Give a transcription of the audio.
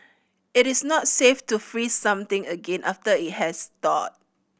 it is not safe to freeze something again after it has thawed